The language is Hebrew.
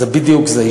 זה בדיוק זה.